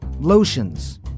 lotions